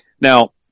Now